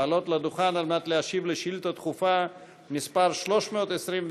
לעלות לדוכן על מנת להשיב על שאילתה דחופה מס' 321,